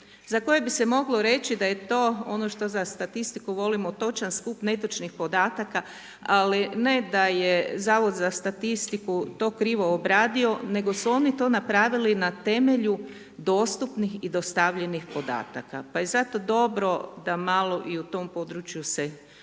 za koje bi se moglo reći, da je to ono što za statistiku volimo točan skup netočnih podataka, ali ne da je zavod za statistiku to krivo obradio, nego su oni to napravili na temelju dostupnih i dostavljenih podataka. Pa je zato dobro, da i malo u tom području se uvede